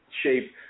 shape